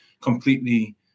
completely